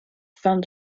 fond